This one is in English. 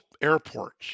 airports